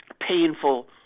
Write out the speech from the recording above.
painful